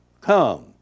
come